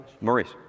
Maurice